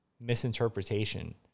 misinterpretation